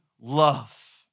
love